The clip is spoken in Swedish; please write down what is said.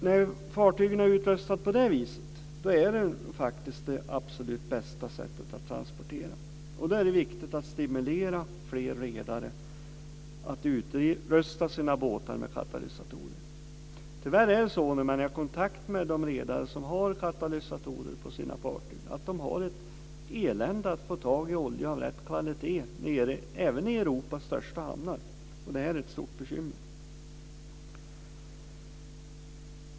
När fartygen är utrustade på det viset är det faktiskt det absolut bästa sättet att transportera. Det är viktigt att stimulera fler redare att utrusta sina båtar med katalysatorer. Tyvärr har de redare som har katalysatorer på sina fartyg ett elände att få tag i olja av rätt kvalitet, även i Europas största hamnar. Det är ett stort bekymmer.